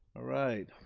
all right,